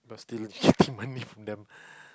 but still they'll check in my myth in them